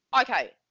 Okay